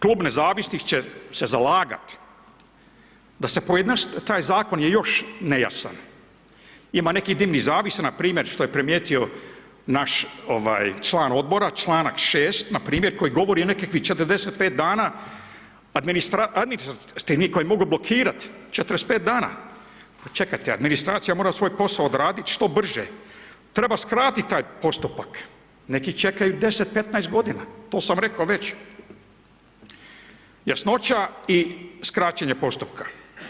Klub Nezavisnih će se zalagat da se, taj Zakon je još nejasan, ima nekih dimnih zavjesa, npr. što je primijetio naš član Odbor, čl. 6. npr. koji govori o nekakvih 45 dana administrativnih koji mogu blokirat, 45 dana, pa čekajte, administracija mora svoj posao odradit što brže, treba skratit taj postupak, neki čekaju 10, 15 godina, to sam rekao već, jasnoća i skraćenje postupka.